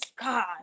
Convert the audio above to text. God